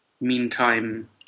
meantime